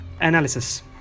analysis